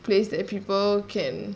place that people can